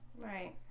Right